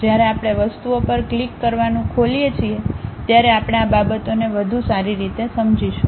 જ્યારે આપણે વસ્તુઓ પર ક્લિક કરવાનું ખોલીએ છીએ ત્યારે આપણે આ બાબતોને વધુ સારી રીતે સમજીશું